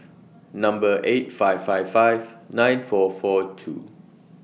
Number eight five five five nine four four two